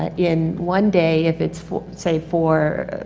ah in one day if it's four, say four,